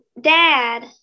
dad